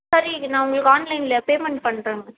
சரி நான் உங்களுக்கு ஆன்லைனில் பேமெண்ட் பண்ணுறேன் மேம்